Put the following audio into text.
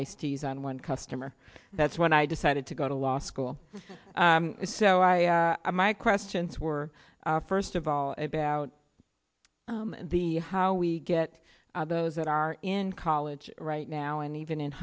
iced teas on one customer that's when i decided to go to law school so i i my questions were first of all about the how we get those that are in college right now and even in